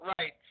right